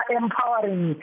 empowering